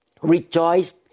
rejoice